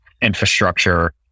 infrastructure